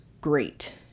great